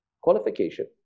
Qualification